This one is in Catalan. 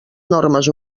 normes